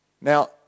Now